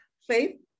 Faith